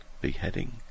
beheading